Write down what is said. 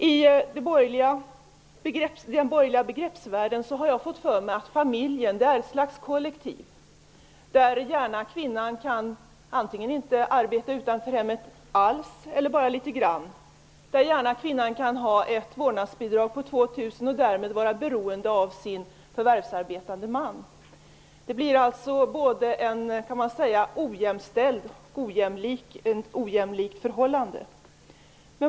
Jag har fått för mig att familjen i den borgerliga begreppsvärlden är ett slags kollektiv, där kvinnan gärna kan låta bli att arbeta utanför hemmet eller att bara göra det litet grann. Kvinnan kan också gärna få ett vårdnadsbidrag på 2 000 och därmed vara beroende av sin förvärvsarbetande man. Det blir ett ojämställt och ojämlikt förhållande.